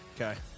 Okay